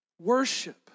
Worship